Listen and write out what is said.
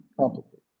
complicated